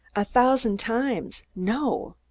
a thousand times, no!